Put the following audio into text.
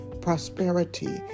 prosperity